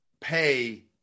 pay